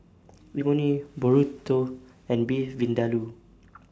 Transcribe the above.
Imoni Burrito and Beef Vindaloo